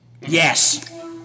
Yes